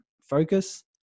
focus